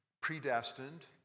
predestined